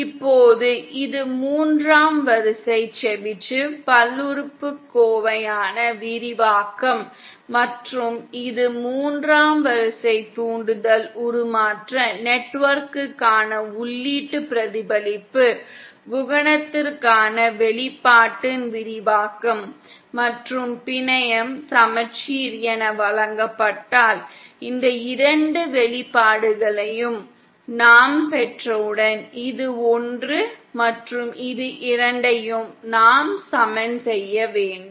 இப்போது இது மூன்றாம் வரிசை செபிஷேவ் பல்லுறுப்புக்கோவையின் விரிவாக்கம் மற்றும் இது மூன்றாம் வரிசை தூண்டுதல் உருமாற்ற நெட்வொர்க்கிற்கான உள்ளீட்டு பிரதிபலிப்பு குணகத்திற்கான வெளிப்பாட்டின் விரிவாக்கம் மற்றும் பிணையம் சமச்சீர் என வழங்கப்பட்டால் இந்த இரண்டு வெளிப்பாடுகளையும் நாம் பெற்றவுடன் இது ஒன்று மற்றும் இது இரண்டையும் நாம் சமன் செய்ய வேண்டும்